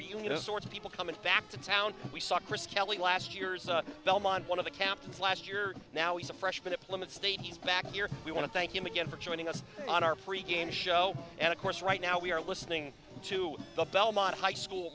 reunion of sorts of people coming back to town we saw chris kelly last year's belmont one of the captains last year now he's a freshman at plymouth state he's back here we want to thank him again for joining us on our pre game show and of course right now we are listening to the belmont high school